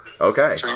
okay